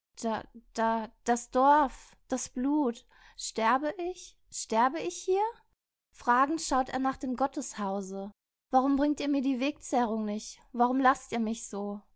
da das dorf das blut sterbe ich sterbe ich hier fragend schaut er nach dem gotteshause warum bringt ihr mir die wegzehrung nicht warum laßt ihr mich so